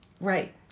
Right